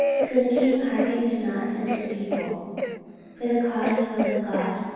so the king hearkened not unto the people for the cause was of god,